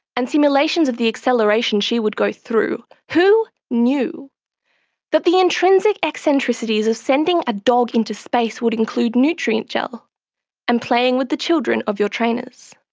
and simulations of the acceleration she would go through. who knew that the intrinsic eccentricities of sending a dog into space would include nutrient gel and playing with the children of your trainers?